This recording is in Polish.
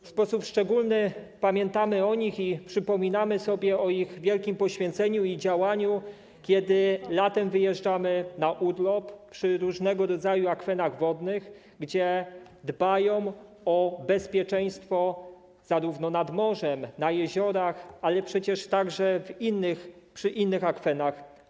W sposób szczególny pamiętamy o nich i przypominamy sobie o ich wielkim poświęceniu i działaniu, kiedy latem wyjeżdżamy na urlop przy różnego rodzaju akwenach, gdzie dbają o bezpieczeństwo: nad morzem, na jeziorach, ale przecież także przy innych akwenach.